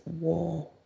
war